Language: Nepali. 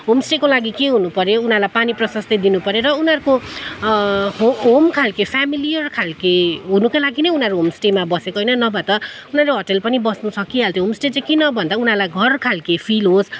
होमस्टेको लागि के हुनुपऱ्यो उनीहरूलाई पानी प्रशस्त दिनुपऱ्यो र उनीहरूको होम खालके फ्यामिलियर खालके हुनु कै लागि नै उनीहरू होमस्टेमा बसेको होइन त नभए त उनीहरू होटेल पनि बस्नु सकिहाल्थ्यो होमस्टे चाहिँ किन भन्दा उनीहरूलाई घरखालके फिल होस्